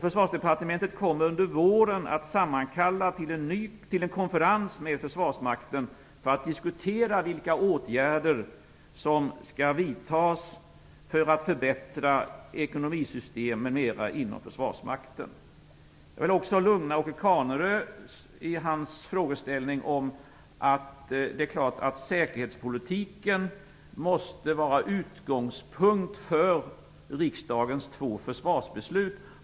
Försvarsdepartementet kommer under våren att sammankalla till en konferens med försvarsmakten för att diskutera vilka åtgärder som skall vidtas för att för förbättra ekonomisystem m.m. inom försvarsmakten. Jag vill också lugna Åke Carnerö. Det är klart att säkerhetspolitiken måste vara utgångspunkt för riksdagens två försvarsbeslut.